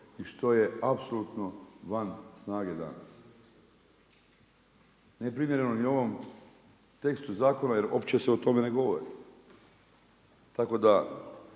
i što je apsolutno van snage …/Govornik se ne razumije./…, neprimjereno ni ovom tekstu zakona jer uopće se o tome ne govori. Tako da